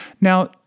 Now